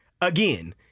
again